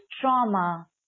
trauma